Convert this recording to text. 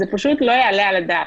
זה פשוט לא יעלה על הדעת.